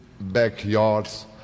backyards